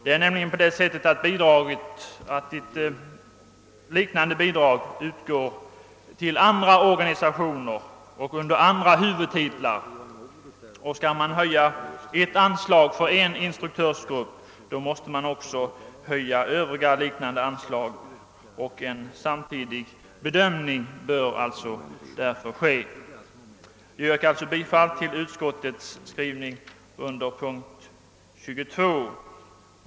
Det förhåller sig nämligen så, att liknande bidrag utgår till andra organisationer och under andra huvudtitlar, och skall man höja ett anslag för en instruktörsgrupp, så måste man också höja övriga liknande anslag. En jämförande bedömning bör alltså företagas. Jag yrkar alltså bifall till utskottets hemställan under punkt 22.